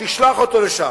תשלח אותו לשם.